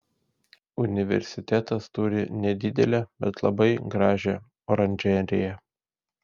universitetas turi nedidelę bet labai gražią oranžeriją